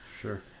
Sure